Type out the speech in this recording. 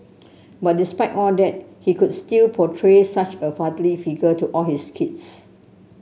but despite all that he could still portray such a fatherly figure to all his kids